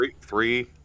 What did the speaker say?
three